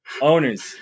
Owners